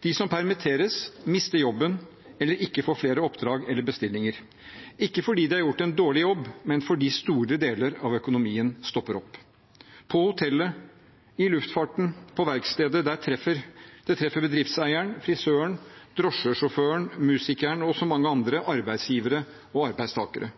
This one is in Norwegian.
de som permitteres, mister jobben eller ikke får flere oppdrag eller bestillinger, ikke fordi de har gjort en dårlig jobb, men fordi store deler av økonomien stopper opp – på hotellet, i luftfarten, på verkstedet. Det treffer bedriftseieren, frisøren, drosjesjåføren, musikeren og mange andre arbeidsgivere og arbeidstakere.